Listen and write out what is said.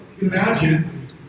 imagine